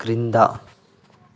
క్రింద